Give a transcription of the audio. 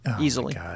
Easily